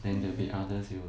then the others you